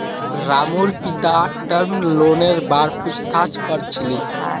रामूर पिता टर्म लोनेर बार पूछताछ कर छिले